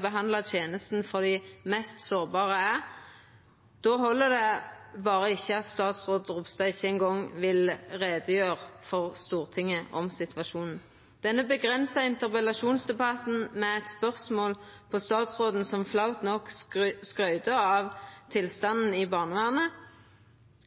behandla tenesta for dei mest sårbare er, då held det berre ikkje at statsråd Ropstad ikkje eingong vil greia ut for Stortinget om situasjonen. Denne avgrensa interpellasjonsdebatten med eit spørsmål der statsråden, flaut nok, skryter av tilstanden i barnevernet,